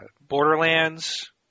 Borderlands